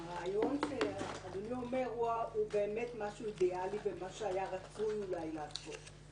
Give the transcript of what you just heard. הרעיון שאדוני אומר הוא משהו אידיאלי בין מה שהיה רצוי לבין המעשה.